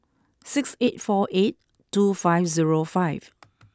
six eight four eight two five zero five